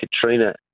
Katrina